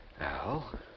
Al